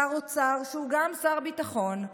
שר אוצר שהוא גם שר ביטחון,